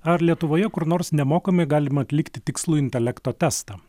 ar lietuvoje kur nors nemokamai galima atlikti tikslų intelekto testą